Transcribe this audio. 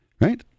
Right